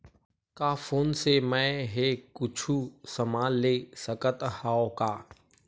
का फोन से मै हे कुछु समान ले सकत हाव का?